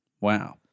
Wow